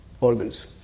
organs